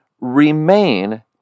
Remain